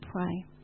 pray